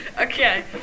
Okay